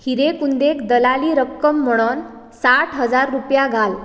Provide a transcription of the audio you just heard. हिरे कुंदेक दलाली रक्कम म्हणून साठ रुपया घाल